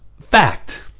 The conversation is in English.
fact